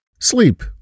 Sleep